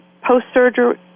post-surgery